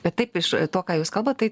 bet taip iš to ką jūs kalbat taip